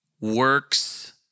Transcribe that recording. Works